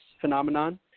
phenomenon